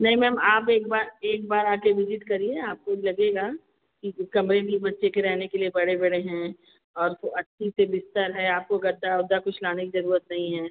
नहीं मैम आप एक बार एक बार आके विजिट करिए आपको लगेगा की कमरे भी बच्चे के रहने के लिए बड़े बड़े हैं और वह अच्छी सी बिस्तर है आपको गद्दा उद्दा कुछ लाने की ज़रूरत नहीं है